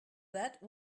that